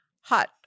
hot